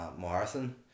Marathon